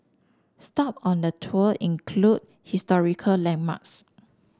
stop on the tour include historical landmarks